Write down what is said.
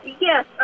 Yes